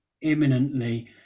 imminently